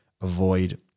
avoid